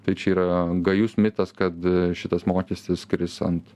tai čia yra gajus mitas kad šitas mokestis kris ant